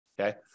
Okay